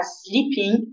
sleeping